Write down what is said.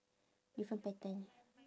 different pattern